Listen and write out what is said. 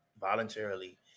voluntarily